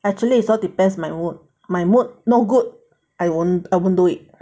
actually it's all depends my work my mood no good I won't I won't do it